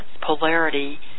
polarity